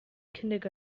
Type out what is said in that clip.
cynnig